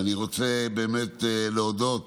ואני רוצה באמת להודות